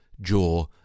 jaw